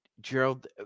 Gerald